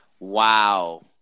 Wow